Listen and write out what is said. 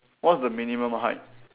what's the minimum height